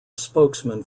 spokesman